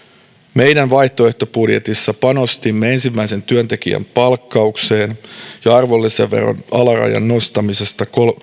meidän vaihtoehtobudjetissamme panostimme ensimmäisen työntekijän palkkaukseen ja arvonlisäveron alarajan nostamiseen